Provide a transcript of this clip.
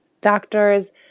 doctors